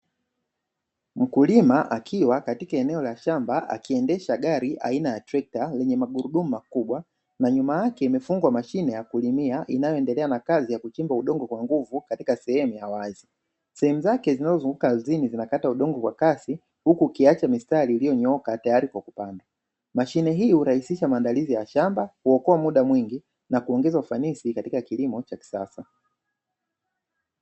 Mkulima akiwa katika eneo la shamba, akiendesha gari aina ya trekta lenye magurudumu makubwa, na nyuma yake imefungwa mashine ya kulimia inayoendelea na kazi ya kuchimba udongo kwa nguvu katika sehemu ya wazi. Sehemu zake zinazozunguka ardhini zinakata udongo kwa kasi, huku ukiacha mistari iliyonyooka tayari kwa kupanda. Mashine hii hurahisisha maandalizi ya shamba, huokoa muda mwingi na kuongeza ufanisi katika kilimo cha kisasa.